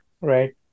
Right